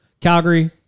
Calgary